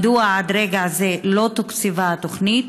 1. מדוע עד רגע זה לא תוקצבה התוכנית?